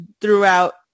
throughout